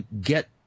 get